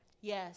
Yes